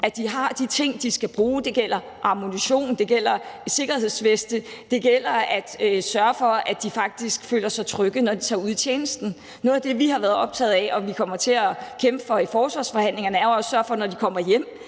at de har de ting, de skal bruge. Det gælder ammunition, det gælder sikkerhedsveste, det gælder det at sørge for, at de faktisk føler sig trygge, når de tager ud i tjenesten. Noget af det, vi har været optaget af, og som vi kommer til at kæmpe for i forsvarsforhandlingerne, er jo også at sørge for, at de, når de kommer hjem,